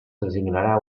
designarà